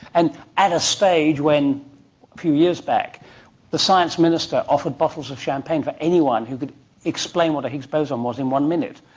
and at a stage when a few years back the science minister offered bottles of champagne for anyone who could explain what a higgs boson was in one minute.